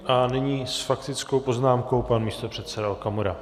A nyní s faktickou poznámkou pan místopředseda Okamura.